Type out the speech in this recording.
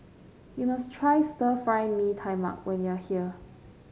you must try Stir Fry Mee Tai Mak when you are here